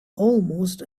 almost